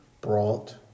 brought